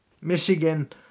Michigan